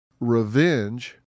revenge